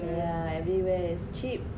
yeah everywhere is cheap